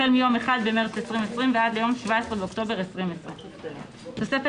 החל מיום 1 במרץ 2020 ועד ליום 17 באוקטובר 2020. תוספת